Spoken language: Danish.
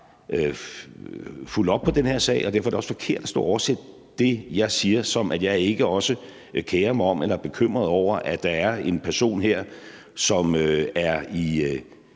fulgt op på den her sag, og derfor er det også forkert at stå at oversætte det, jeg siger, til, at jeg ikke også kerer mig om det eller er bekymret over, at der er en person her, som er i